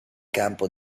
campo